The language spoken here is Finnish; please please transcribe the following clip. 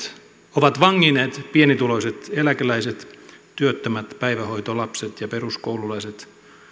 ovat vanginneet pienituloiset eläkeläiset työttömät päivähoitolapset ja peruskoululaiset